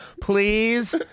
Please